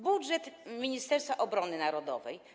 Budżet Ministerstwa Obrony Narodowej.